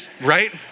right